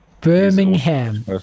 Birmingham